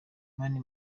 mani